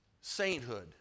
sainthood